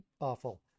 awful